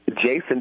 Jason